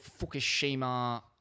Fukushima